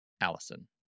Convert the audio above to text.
Allison